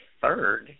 third